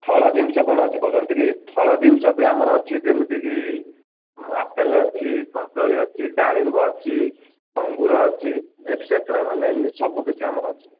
ଫଳ ଜିନିଷ କଣ ଅଛି କହୁଛନ୍ତି କି ଫଳ ଜିନିଷ ବି ଆମର ଅଛି ଯେମିତିକି ଆପେଲ୍ ଅଛି କଦଳୀ ଅଛି ଡାଳିମ୍ବ ଅଛି ଅଙ୍ଗୁରୁ ଅଛି ଏକ୍ସଟ୍ରା ସବୁ କିଛି ଆମର ଅଛି